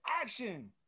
action